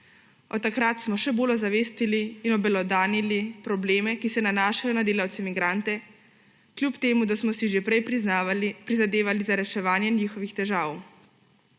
Od takrat smo še bolj ozavestili in obelodanili probleme, ki se nanašajo na delavce migrante, kljub temu da smo si že prej prizadevali za reševanje njihovih težav.